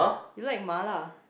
you like mala